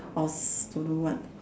or s~ don't know what